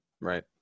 Right